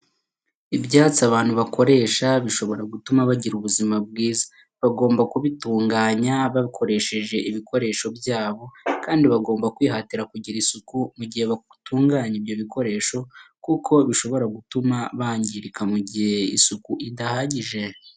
Ibyatsi abantu bakoresha bishobora gutuma bagira ubuzima bwiza. Bagomba kubitunganya bakoresheje ibikoresho byabo, kandi bagomba kwihatira kugira isuku mu gihe batunganya ibyo bikoresho kuko bishobora gutuma bangirika mu gihe isuku idahagije.